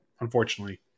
unfortunately